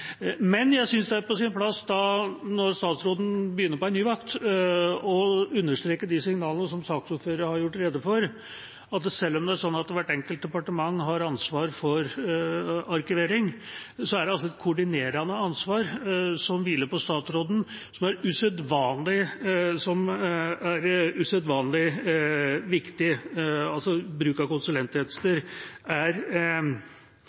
Men jeg synes det er på sin plass – når statsråden begynner på en ny vakt – å understreke de signalene som saksordføreren har gjort rede for, at selv om hvert enkelt departement har ansvar for arkivering, er det et koordinerende ansvar som hviler på statsråden, og som er usedvanlig viktig. Bruk av